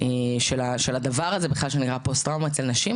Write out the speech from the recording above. של הדבר הזה בכלל שנקרא פוסט טראומה אצל נשים,